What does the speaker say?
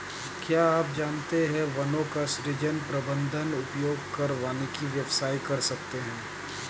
क्या आप जानते है वनों का सृजन, प्रबन्धन, उपयोग कर वानिकी व्यवसाय कर सकते है?